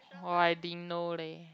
!wah! I didn't know leh